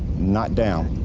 not down.